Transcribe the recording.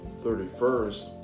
31st